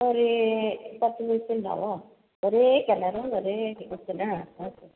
ഒരു പത്ത് പീസുണ്ടാവൊ ഒരേ കളറ് ഒരേ ഡിസൈൻ ആ